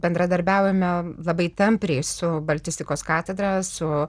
bendradarbiaujame labai tampriai su baltistikos katedra su